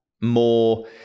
more